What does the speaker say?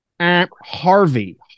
Harvey